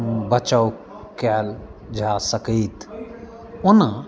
बचाव कएल जा सकैत ओना